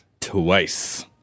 Twice